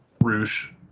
Rouge